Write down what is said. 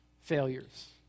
failures